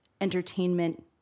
entertainment